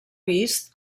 vist